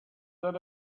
there